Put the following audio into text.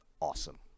awesome